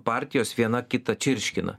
partijos viena kitą čirškina